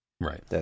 Right